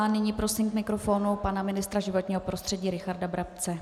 Nyní prosím k mikrofonu pana ministra životního prostředí Richarda Brabce.